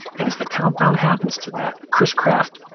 and if the countdown happens to that, chris kraft,